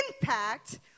impact